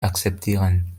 akzeptieren